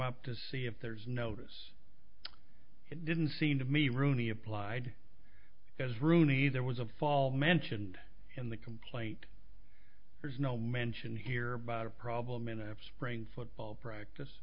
up to see if there's notice didn't seem to me rooney applied as rooney there was a fall mentioned in the complaint there's no mention here about a problem in a spring football practice